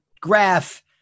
graph